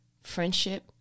friendship